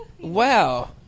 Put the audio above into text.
Wow